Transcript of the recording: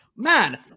Man